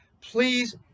please